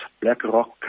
BlackRock